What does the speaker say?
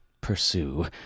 pursue